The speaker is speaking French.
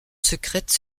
secrète